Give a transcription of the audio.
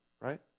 right